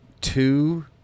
Two